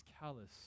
callous